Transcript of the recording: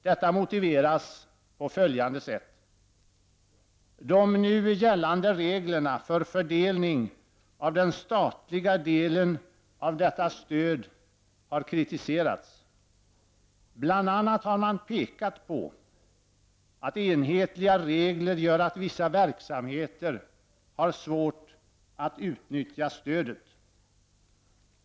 Detta motiveras på följande sätt: ”De nu gällande reglerna för fördelning av den statliga delen av detta stöd har kritiserats. Bl.a. har man pekat på att enhetliga regler gör att vissa verksamheter har svårt att utnyttja stödet.